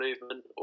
movement